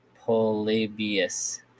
Polybius